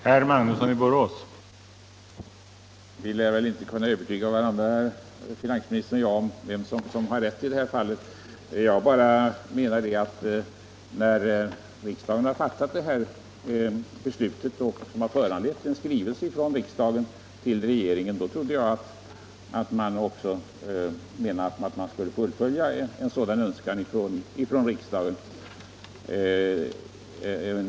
Herr talman! Finansministern och jag lär inte kunna övertyga varandra om vem som har rätt i det här fallet. Jag menar bara att när riksdagen har fattat ett beslut, som föranlett en skrivelse från riksdagen till regeringen, bör regeringen villfara en sådan önskan från riksdagen.